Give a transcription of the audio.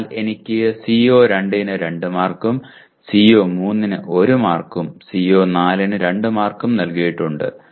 അതിനാൽ എനിക്ക് CO2 ന് 2 മാർക്കും CO3 ന് 1 മാർക്കും CO4 ന് 2 മാർക്കും നൽകിയിട്ടുണ്ട്